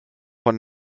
von